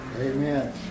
Amen